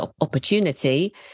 opportunity